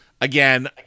again